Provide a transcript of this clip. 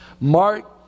Mark